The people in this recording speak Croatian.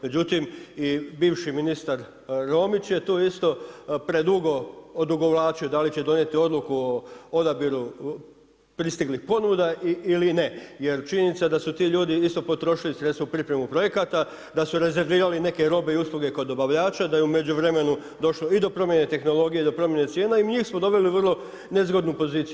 Međutim i bivši ministar Romić je tu isto predugo odugovlačio da li će donijeti odluku o odabiru pristiglih ponuda ili ne, jer činjenica je da su ti ljudi isto potrošili sredstva u pripremu projekata da su rezervirali neke robe i usluge kod dobavljača, da je u međuvremenu došlo i do promjene tehnologije, do promjene cijena i njih smo doveli u vrlo nezgodnu poziciju.